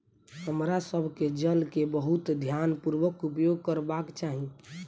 हमरा सभ के जल के बहुत ध्यानपूर्वक उपयोग करबाक चाही